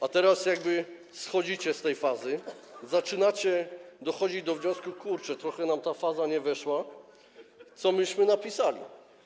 A teraz jakby schodzi wam ta faza, zaczynacie dochodzić do wniosku: kurczę, trochę nam ta faza nie wyszła, co my napisaliśmy?